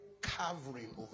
covering